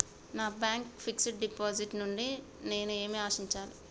నా bank fixed deposit నుండి నేను ఏమి ఆశించాలి?